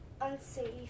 unsafe